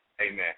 Amen